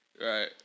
Right